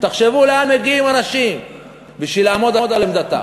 תחשבו לאן מגיעים אנשים בשביל לעמוד על עמדתם.